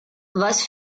was